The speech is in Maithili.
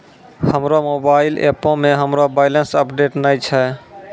हमरो मोबाइल एपो मे हमरो बैलेंस अपडेट नै छै